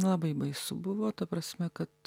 labai baisu buvo ta prasme kad